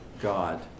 God